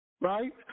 right